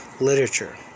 literature